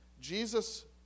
Jesus